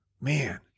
man